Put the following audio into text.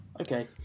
Okay